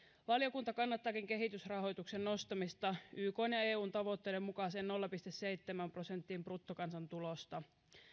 valiokunta kannattaakin kehitysrahoituksen nostamista ykn ja eun tavoitteiden mukaiseen nolla pilkku seitsemään prosenttiin bruttokansantulosta